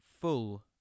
full